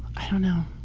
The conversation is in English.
i don't know.